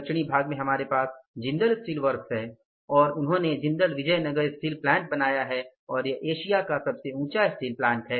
दक्षिणी भाग में हमारे पास जिंदल स्टीलवर्क्स हैं और उन्होंने जिंदल विजयनगर स्टील प्लांट बनाया है और यह एशिया का सबसे ऊंचा स्टील प्लांट है है